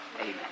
Amen